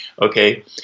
Okay